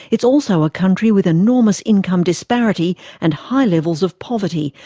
it's also a country with enormous income disparity and high levels of poverty,